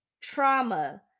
trauma